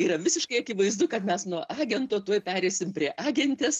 yra visiškai akivaizdu kad mes nuo agento tuoj pereisim prie agentės